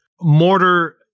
mortar –